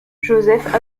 joseph